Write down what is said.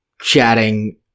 chatting